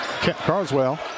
Carswell